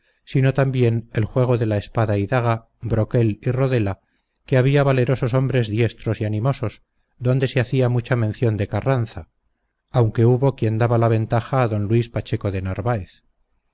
sino también el juego de la espada y daga broquel y rodela que había valerosos hombres diestros y animosos donde se hacía mucha mención de carranza aunque hubo quien daba la ventaja a don luis pacheco de narváez